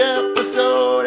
episode